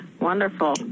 Wonderful